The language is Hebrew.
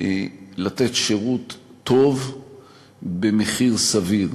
לתת שירות טוב במחיר סביר.